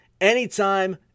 anytime